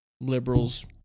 Liberals